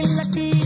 lucky